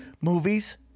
movies